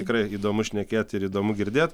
tikrai įdomu šnekėt ir įdomu girdėt